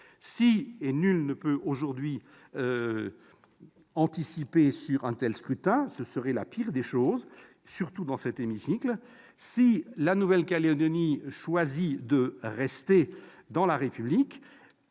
et nul ne peut aujourd'hui anticiper sur un tel scrutin, car cela serait la pire des choses, surtout dans cet hémicycle, si la Nouvelle-Calédonie choisit de rester dans la République,